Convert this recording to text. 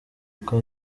uko